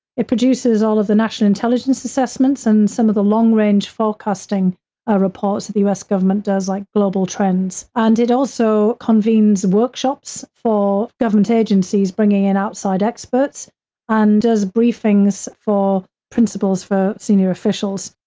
it produces all of the national intelligence assessments and some of the long-range forecasting ah reports that the us government does, like global trends, and it also convenes workshops for government agencies, bringing in outside experts and does briefings for principals for senior officials.